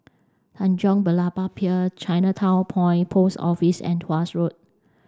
Tanjong Berlayer Pier Chinatown Point Post Office and Tuas Road